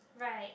right